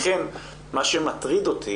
ולכן, מה שמטריד אותי